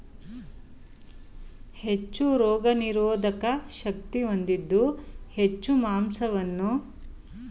ಹೆಚ್ಚು ರೋಗನಿರೋಧಕ ಶಕ್ತಿ ಹೊಂದಿದ್ದು ಹೆಚ್ಚು ಮಾಂಸವನ್ನು ನೀಡುವ ಮೇಕೆಯ ತಳಿ ಯಾವುದು?